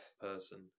person